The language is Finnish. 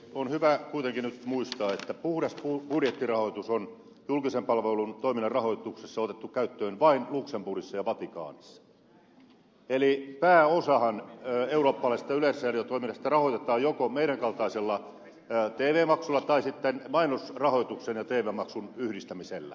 on hyvä kuitenkin nyt muistaa että puhdas budjettirahoitus on julkisen palvelun toiminnan rahoituksessa otettu käyttöön vain luxemburgissa ja vatikaanissa eli pääosahan eurooppalaisesta yleisradiotoiminnasta rahoitetaan joko meidän tv maksumme kaltaisella maksulla tai sitten mainosrahoituksen ja tv maksun yhdistämisellä